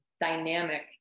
dynamic